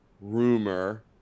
rumor